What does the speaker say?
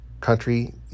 country